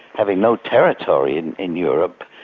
having no territory in in europe,